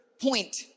point